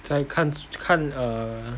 再看看 err